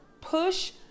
push